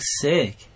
sick